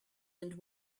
and